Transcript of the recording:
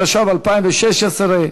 התשע"ו 2016,